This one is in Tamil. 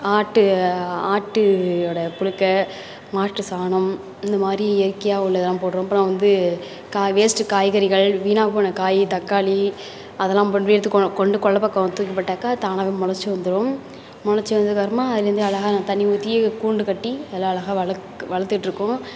ஆட்டு ஆட்டு ஓட புழுக்கை மாட்டு சாணம் இந்தமாதிரி இயற்கையாக உள்ளதெல்லாம் போடுகிறோம் அப்புறம் வந்து க வேஸ்ட்டு காய்கறிகள் வீணாக போன காய் தக்காளி அதெல்லாம் கொண்டு போய் எடுத்து கொண்டு கொல்லை பக்கம் தூக்கி போட்டாக்கா தானாகவே மொளச்சு வந்துரும் மொளச்சு வந்ததுக்கப்புறமா அதுலேருந்து அழகாக தண்ணி ஊற்றி கூண்டு கட்டி அதில் அழகாக வளக் வளர்த்துட்ருக்கோம்